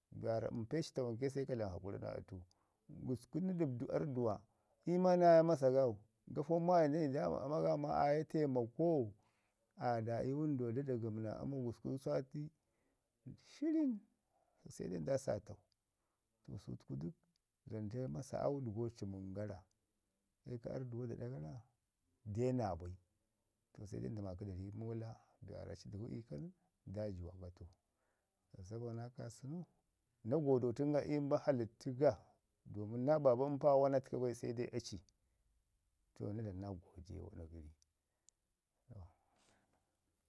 gəri be waarra mpe ci tawanke se ka dlami hakuri naa atu. Gusku na ɗəbdu arrduwa, uju mo maa naa ye masa au, gafo maayim dani da mi ama ga ma aaye taimako, aya da ii wənduwa da dagəmi na amau gusku sati shirin se dai nda saatau. To sutku dək zanee masa au naa bai cimən gara kai ika arrduwau da ɗa gara, de naabai, to se nda maaki da ri muula be waarra aci dəmo ika nən da ji wam atu. To naa kaasənu, na godotən ga ii Mahalicci ga, domin naa babu mpo wana təku se dai aci. To na dlamu naa godiya iɗa wana gəri.